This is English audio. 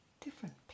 different